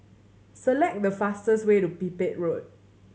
select the fastest way to Pipit Road